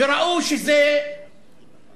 וראו שזה כולל,